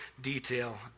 detail